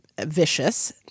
vicious